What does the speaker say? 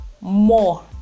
more